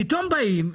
פתאום באים,